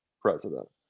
president